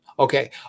Okay